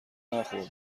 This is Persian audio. نخور